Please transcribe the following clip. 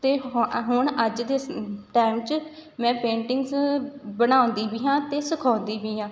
ਅਤੇ ਹੁਣ ਹੁਣ ਅੱਜ ਦੇ ਸ ਟਾਈਮ 'ਚ ਮੈਂ ਪੇਂਟਿੰਗਸ ਬਣਾਉਂਦੀ ਵੀ ਹਾਂ ਅਤੇ ਸਿਖਾਉਂਦੀ ਵੀ ਹਾਂ